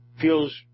feels